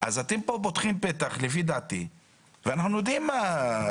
לפי דעתי אתם פותחים כאן פתח.